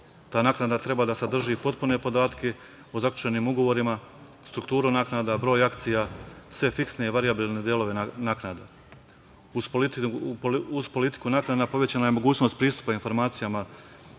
Ta naknada treba da sadrži potpune podatke o zaključenim ugovorima, strukturu naknada, broj akcija, sve fiksne i varijabilne delove naknada. Uz politiku naknada povećana je mogućnost pristupa informacijama